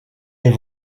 est